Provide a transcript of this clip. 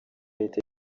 leta